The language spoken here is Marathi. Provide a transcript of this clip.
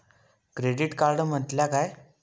क्रेडिट कार्ड म्हटल्या काय?